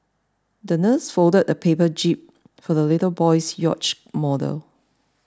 the nurse folded a paper jib for the little boy's yacht model